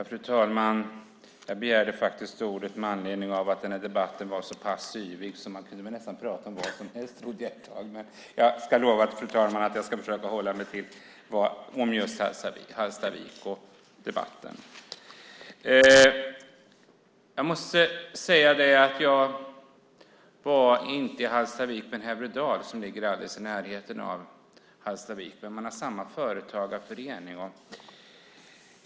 Fru talman! Jag begärde ordet med anledning av att den här debatten var så yvig att man kunde prata om nästan vad som helst, men jag lovar att jag ska försöka hålla mig till debatten om Hallstavik. Jag var inte i Hallstavik men i Häverödal som ligger alldeles i närheten av Hallstavik, men dessa har gemensam företagarförening.